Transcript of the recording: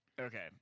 okay